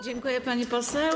Dziękuję, pani poseł.